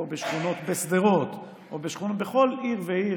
בשכונות בשדרות או בשכונות בכל עיר ועיר,